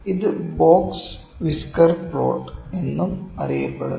ഇത് box whisker plot എന്നും അറിയപ്പെടുന്നു